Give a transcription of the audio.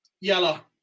Yellow